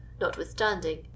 Notwithstanding